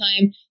time